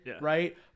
Right